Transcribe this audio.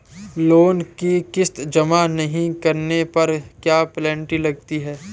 Loan की किश्त जमा नहीं कराने पर क्या पेनल्टी लगती है?